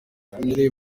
yabwiye